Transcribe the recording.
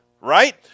right